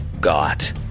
got